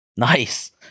Nice